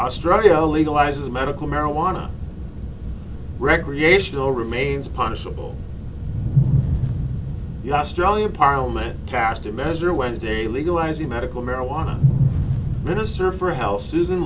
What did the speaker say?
struggle legalize medical marijuana recreational remains punishable the australian parliament cast a measure wednesday legalizing medical marijuana minister for health susan